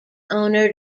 owner